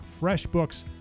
FreshBooks